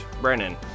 Brennan